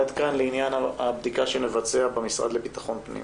עד כאן לעניין הבדיקה שנבצע במשרד לביטחון פנים.